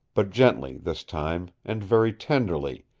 but gently this time, and very tenderly,